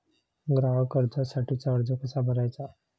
ग्राहक कर्जासाठीचा अर्ज कसा भरायचा?